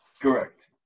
Correct